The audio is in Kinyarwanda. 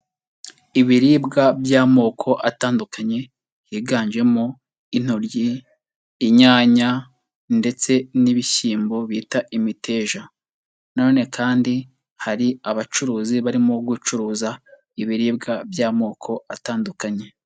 Ibiribwa by'amoko atandukanye, higanjemo intoryi, inyanya ndetse n'ibishyimbo bita imiteja, na none kandi hari abacuruzi barimo gucuruza ibiribwa by'amoko atandukanye.